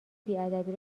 بیادبی